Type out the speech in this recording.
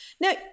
Now